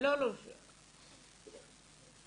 שזה גם פן חשוב וזה גם תחום שחסום ליוצרים עם